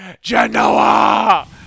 Genoa